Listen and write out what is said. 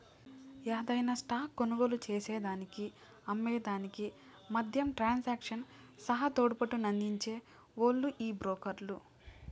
యాదైన స్టాక్ కొనుగోలు చేసేదానికి అమ్మే దానికి మద్యం ట్రాన్సాక్షన్ సహా తోడ్పాటునందించే ఓల్లు ఈ బ్రోకర్లు